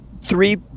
three